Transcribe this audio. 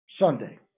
Sunday